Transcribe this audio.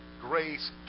grace